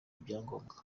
ibyangombwa